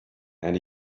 and